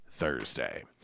Thursday